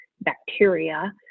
bacteria